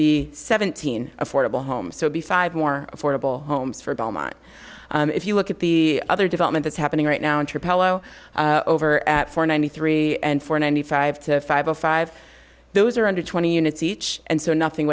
be seventeen affordable homes so be five more affordable homes for belmont if you look at the other development that's happening right now intra palo over at four ninety three and four ninety five to five o five those are under twenty units each and so nothing